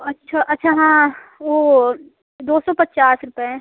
अच्छा अच्छा हाँ वो दो सौ पचास रुपये